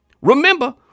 Remember